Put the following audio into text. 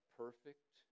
perfect